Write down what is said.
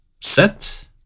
set